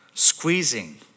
Squeezing